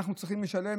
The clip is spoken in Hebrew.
אנחנו צריכים לשלם,